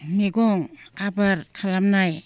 मैगं आबाद खालामनाय